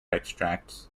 extracts